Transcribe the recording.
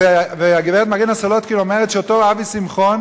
והגברת מרינה סולודקין אומרת שאותו אבי שמחון